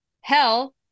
Hell